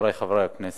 רבותי חברי הכנסת,